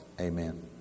Amen